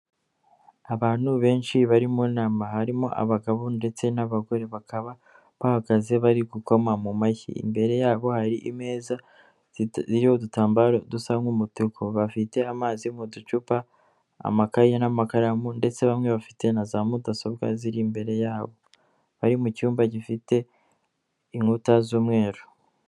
Abantu benshi bari mu nama, harimo abagabo ndetse n'abagore, bakaba bahagaze bari gukoma mu mashyi, imbere yabo hari ameza iriho udutambaro dusa nk'umutuku, bafite amazi mu ducupa, amakayi n'amakaramu ndetse bamwe bafite na za mudasobwa ziri imbere yabo, bari mu cyumba gifite inkuta z'umweru.